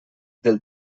del